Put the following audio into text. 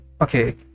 Okay